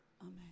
Amen